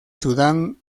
sudán